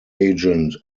agent